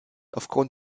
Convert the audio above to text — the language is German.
aufgrund